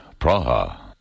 Praha